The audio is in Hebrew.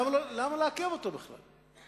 למה לעכב אותו בכלל?